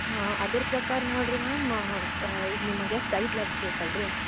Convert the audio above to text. ಹಾಂ ಅದ್ರ ಪ್ರಕಾರ ನೋಡಿರಿ ಮ್ಯಾಮ್ ಈಗ ನಿಮ್ಗೆ ಎಷ್ಟು ಐದು ಲಕ್ಷ ಬೇಕಲ್ಲರೀ